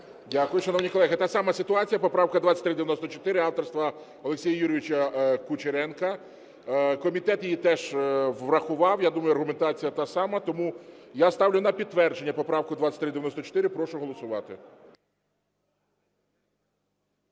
Дякую. Шановні колеги, та сама ситуація, поправка 2394 авторства Олексія Юрійовича Кучеренка. Комітет її теж врахував, я думаю, аргументація та сама. Тому я ставлю на підтвердження поправку 2394. Прошу голосувати.